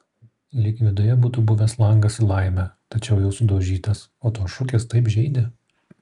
lyg viduje būtų buvęs langas į laimę tačiau jau sudaužytas o tos šukės taip žeidė